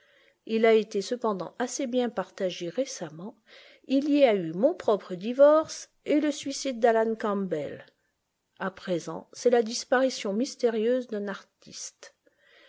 il a été cependant assez bien partagé récemment il y a eu mon propre divorce et le suicide d'alan campbell à présent c'est la disparition mystérieuse d'un artiste